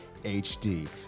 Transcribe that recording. HD